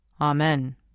Amen